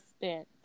spent